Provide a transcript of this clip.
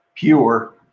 pure